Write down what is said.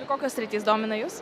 ir kokios sritys domina jus